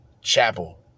Chapel